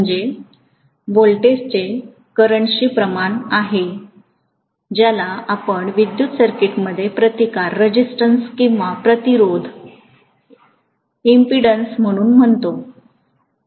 म्हणजे व्होल्टेजचे करंटशी प्रमाण असे आहे ज्याला आपण विद्युत सर्किटमध्ये प्रतिकार किंवा प्रतिरोध म्हणून म्हणतो